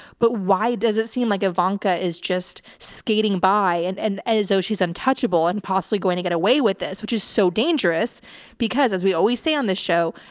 but why does it seem like ivanka is just skating by and and as, oh, she's untouchable and possibly going to get away with this, which is so dangerous because as we always say on this show,